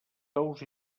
tous